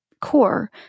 core